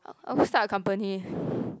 I'll start a company